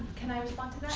can i respond to